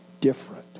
different